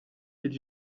did